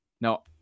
Now